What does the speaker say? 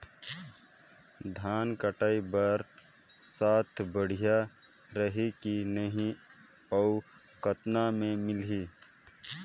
धान कटाई बर साथ बढ़िया रही की नहीं अउ कतना मे मिलही?